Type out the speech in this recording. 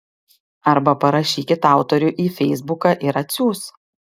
arba parašykit autoriui į feisbuką ir atsiųs